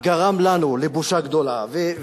וגרם לנו לבושה גדולה.